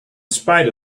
spite